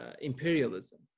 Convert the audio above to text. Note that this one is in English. imperialism